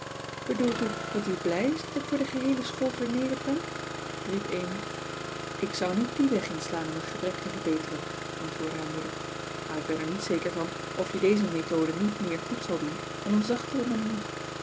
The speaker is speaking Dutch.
bedoelt u dat u blij is dat ik voor de geheele school vernederd ben riep amy ik zou niet dien weg inslaan om een gebrek te verbeteren antwoordde haar moeder maar ik ben er niet zeker van of je deze methode niet meer goed zal doen dan een zachtere manier